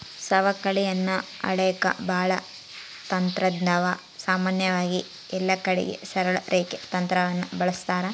ಸವಕಳಿಯನ್ನ ಅಳೆಕ ಬಾಳ ತಂತ್ರಾದವ, ಸಾಮಾನ್ಯವಾಗಿ ಎಲ್ಲಕಡಿಗೆ ಸರಳ ರೇಖೆ ತಂತ್ರವನ್ನ ಬಳಸ್ತಾರ